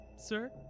sir